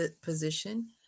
position